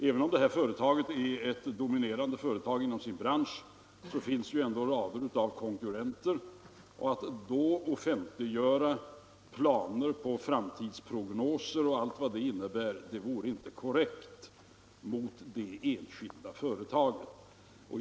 Även om detta företag är ett dominerande företag inom sin bransch, finns det ändå rader av konkurrenter, och att då offentliggöra planer på framtidsprognoser och allt vad det innebär vore inte korrekt mot det enskilda företaget.